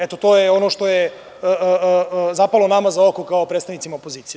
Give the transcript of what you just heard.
Eto, to je ono što je zapalo nama za oko kao predstavnicima opozicije.